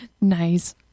Nice